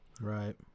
Right